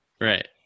Right